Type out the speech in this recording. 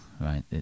right